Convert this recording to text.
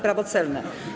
Prawo celne.